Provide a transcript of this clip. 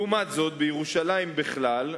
לעומת זאת בירושלים בכלל,